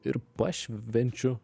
ir pašvenčiu